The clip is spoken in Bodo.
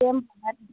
दे होनबालाय